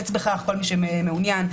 אחרות שמעורבות בעניין, מה מעורבותן?